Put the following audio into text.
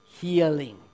healing